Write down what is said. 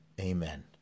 Amen